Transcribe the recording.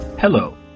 Hello